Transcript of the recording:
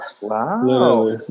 Wow